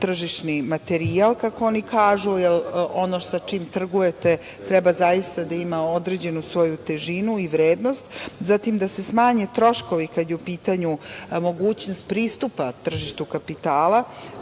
tržišni materijal, kako oni kažu, jer ono sa čim trgujete treba zaista da ima određenu svoju težinu i vrednost, zatim da se smanje troškovi kada je u pitanju mogućnost pristupa tržištu kapitala